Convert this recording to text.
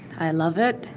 i love it,